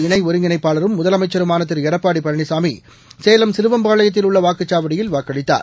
இணை இருங்கிணைப்பாளரும் அழுஅதிமுக முதலமைச்சருமாள திரு எடப்பாடி பழனிசாமி சேலம் சிலுவம்பாளையத்தில் உள்ள வாக்குச்சாவடியில் வாக்களித்தார்